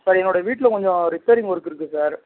sir என்னோட வீட்டில் கொஞ்சம் ரிப்பேரிங் ஒர்க்கு இருக்குது சார்